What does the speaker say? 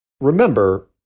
remember